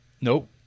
Nope